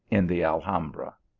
in the alhambra.